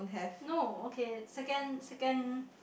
no okay second second